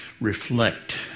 reflect